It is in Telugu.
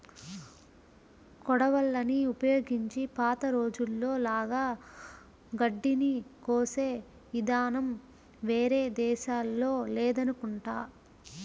కొడవళ్ళని ఉపయోగించి పాత రోజుల్లో లాగా గడ్డిని కోసే ఇదానం వేరే దేశాల్లో లేదనుకుంటా